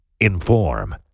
inform